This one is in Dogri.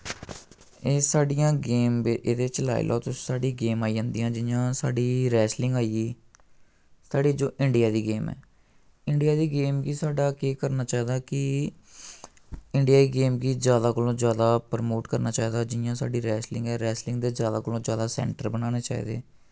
एह् साढ़ियां गेम दे एह्दे च लाई लाओ तुस साढ़ी गेम आई जंदियां जि'यां साढ़ी रैस्लिंग आई गेई साढ़ी जो इंडिया दी गेम ऐ इंडिया दी गेम गी साढ़ा केह् करना चाहिदा कि इंडिया दी गेम गी जैदा कोला जैदा परमोट करना चाहिदा जि'यां साढ़ी रैस्लिंग ऐ रैस्लिंग दे जैदा कोला जैदा सैंटर बनाने चाहिदे